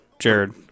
Jared